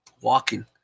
walking